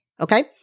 Okay